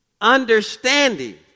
understanding